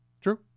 True